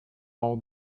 all